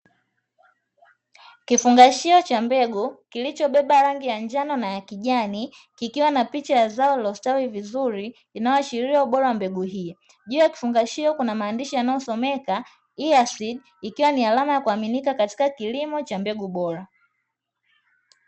Kifungashio cha mbegu kilichobeba rangi ya njano na kijani kikiwa na picha ya zao lililostawi vizuri inayoashiria ubora wa mbegu hiyo. Juu ya kifungashio kunamaandishi yanayosomeka "EYASEED" ikiwa ni alama inayotumika katika kilimo cha mbegu bora.